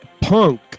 punk